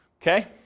okay